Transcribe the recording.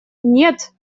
нет